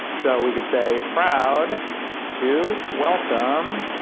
so we could say, proud to welcome